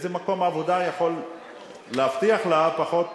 איזה מקום עבודה יכול להבטיח לה פחות?